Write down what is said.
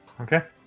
Okay